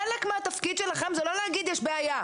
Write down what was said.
חלק מהתפקיד שלכם זה לא להגיד יש בעיה,